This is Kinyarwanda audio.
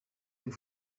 new